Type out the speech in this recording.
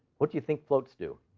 what do you think floats do?